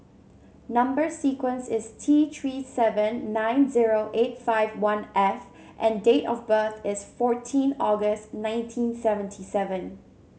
number sequence is T Three seven nine zero eight five one F and date of birth is fourteen August nineteen seventy seven